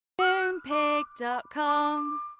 Moonpig.com